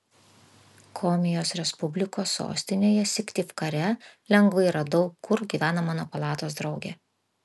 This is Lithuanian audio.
komijos respublikos sostinėje syktyvkare lengvai radau kur gyvena mano palatos draugė